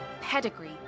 pedigree